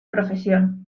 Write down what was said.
profesión